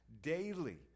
daily